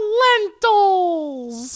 lentils